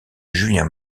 julien